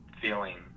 feeling